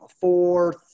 four